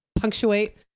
Punctuate